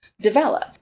develop